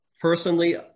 personally